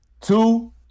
Two